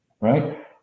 right